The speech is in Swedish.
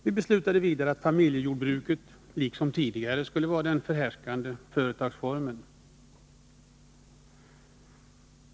Vi beslutade vidare att familjejordbruket liksom tidigare skulle vara den förhärskande företagsformen.